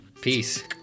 Peace